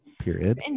period